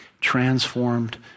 transformed